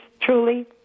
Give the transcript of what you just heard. truly